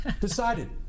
decided